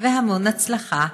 והמון הצלחה,